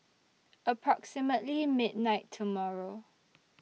approximately midnight tomorrow